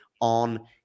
on